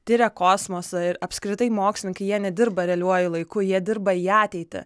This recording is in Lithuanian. tiria kosmosą ir apskritai mokslininkai jie nedirba realiuoju laiku jie dirba į ateitį